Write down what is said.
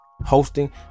Hosting